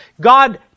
God